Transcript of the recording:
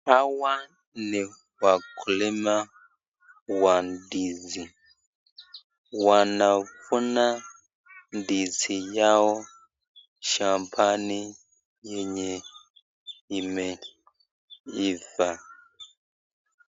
Hawa ni wakulima wa ndizi wanavuna, ndizi yao shambani enye imeiva.